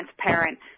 transparent